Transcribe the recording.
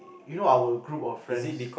you know our group of friends